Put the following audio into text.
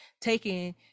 taking